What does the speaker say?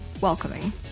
welcoming